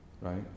right